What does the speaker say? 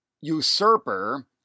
usurper